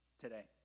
today